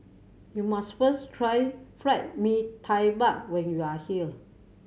you must first try fried Mee Tai Mak when you are here